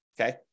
okay